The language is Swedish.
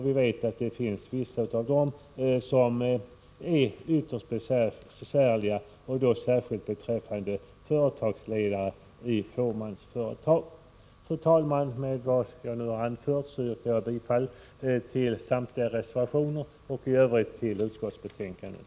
Vi vet att vissa av dessa är ytterst besvärliga, särskilt beträffande företagsledare i fåmansföretag. Fru talman! Med det anförda yrkar jag bifall till samtliga reservationer och i övrigt till hemställan i utskottsbetänkandet.